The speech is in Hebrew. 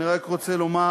אני רק רוצה לומר,